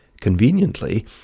Conveniently